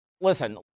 listen